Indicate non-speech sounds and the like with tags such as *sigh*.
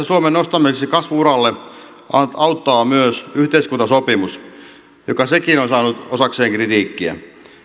*unintelligible* suomen nostamiseksi kasvu uralle auttaa myös yhteiskuntasopimus joka sekin on saanut osakseen kritiikkiä